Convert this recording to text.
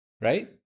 right